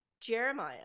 Jeremiah